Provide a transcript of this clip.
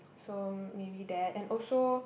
so maybe that and also